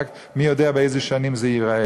רק מי יודע באיזה שנים זה ייראה.